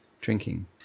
drinking